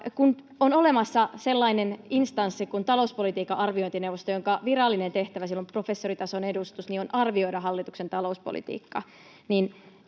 on olemassa sellainen instanssi kuin talouspolitiikan arviointineuvosto, jonka virallinen tehtävä — siellä on professoritason edustus — on arvioida hallituksen talouspolitiikkaa,